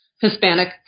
Hispanic